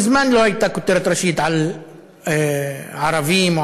מזמן לא הייתה כותרת ראשית על ערבים או